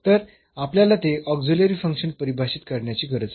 तर आपल्याला ते ऑक्झिलरी फंक्शन परिभाषित करण्याची गरज आहे